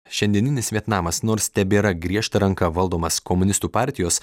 šiandieninis vietnamas nors tebėra griežta ranka valdomas komunistų partijos